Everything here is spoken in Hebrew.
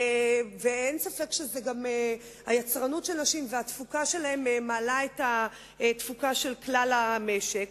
אין ספק שהיצרנות של נשים והתפוקה שלהן מעלות את התפוקה של כלל המשק.